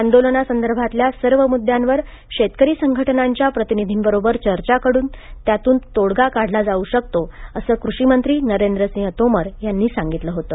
आंदोलनासंदर्भातल्या सर्व मुद्द्यांवर शेतकरी संघटनांच्या प्रतिनिधींबरोबर चर्चा करून त्यातून तोडगा काढला जाऊ शकतो असे कृषी मंत्री नरेंद्र सिंह तोमर यांनी सांगितले होते